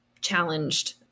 challenged